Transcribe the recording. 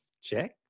check